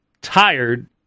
tired